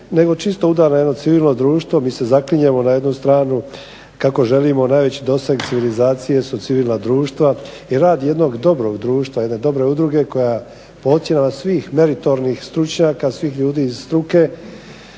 nego čisto udar na jedno civilno društvo. Mi se zaklinjemo na jednu stranu kako želimo najveći doseg civilizacije su civilna društva i rad jednog dobrog društva, jedne dobre udruge koja po ocjenama svih meritornih stručnjaka, svih ljudi iz struke